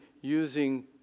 using